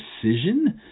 precision